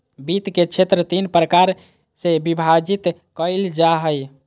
वित्त के क्षेत्र तीन प्रकार से विभाजित कइल जा हइ